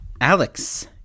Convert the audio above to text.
Alex